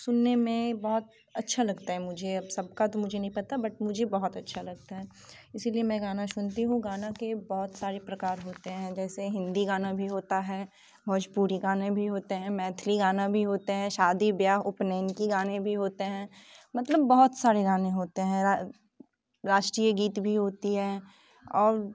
सुनने में बहुत अच्छा लगता है मुझे अब सबका तो मुझे नहीं पता बट मुझे बहुत अच्छा लगता है इसीलिए मैं गाना सुनती हूँ गाना के बहुत सारे प्रकार होते हैं जैसे हिंदी गाना भी होता है भोजपुरी गाने भी होते हैं मैथिली गाने होते हैं शादी ब्याह उपनेन की गाने भी होते हैं मतलब बहुत सारे गाने होते हैं राष्ट्रीय गीत भी होती है और